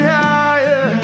higher